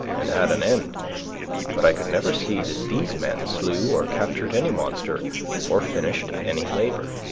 and had an end but i could never see that these men slew or captured any monster or finished any labor.